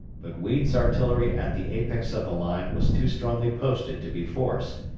but weed's artillery at the apex of the line was too strongly posted to be forced,